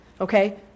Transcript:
okay